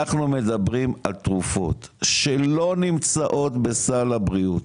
אנחנו מדברים על תרופות שלא נמצאות בסל הבריאות.